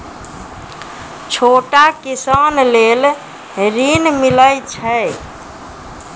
छोटा किसान लेल ॠन मिलय छै?